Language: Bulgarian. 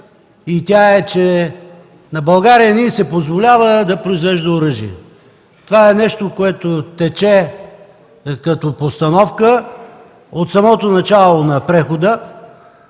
Тя е, че на България не й се позволява да произвежда оръжие. Това тече като постановка от самото начало на прехода.